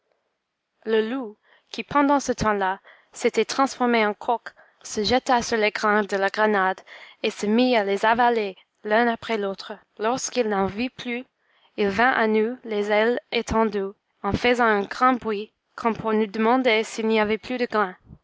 le loup qui pendant ce temps-là s'était transformé en coq se jeta sur les grains de la grenade et se mit à les avaler l'un après l'autre lorsqu'il n'en vit plus il vint à nous les ailes étendues en faisant un grand bruit comme pour nous demander s'il n'y avait plus de grains